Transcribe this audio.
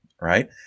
right